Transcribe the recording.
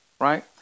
right